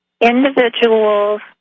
individuals